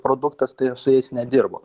produktas tai aš su jais nedirbu